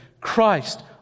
Christ